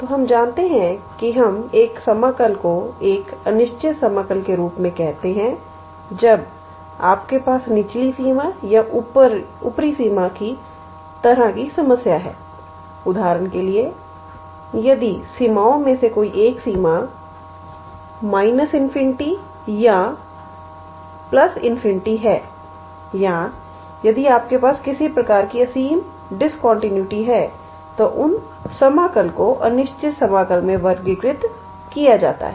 तो हम जानते हैं कि हम एक समाकल को एक अनिश्चित समाकल के रूप में कहते हैं जब आपके पास निचली सीमा या ऊपरी सीमा की तरह की समस्या है उदाहरण के लिए यदि सीमाओं में से कोई एक सीमा−∞ या ∞ है या यदि आपके पास किसी प्रकार की असीम डिस्कंटीन्यूटी है तो उन समाकल को अनिश्चित समाकल मे वर्गीकृत किया जाता है